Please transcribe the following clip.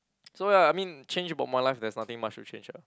so ya I mean change about my life there's nothing much to change ah